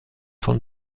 von